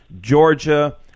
Georgia